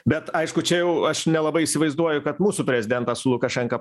bet aišku čia jau aš nelabai įsivaizduoju kad mūsų prezidentas su lukašenka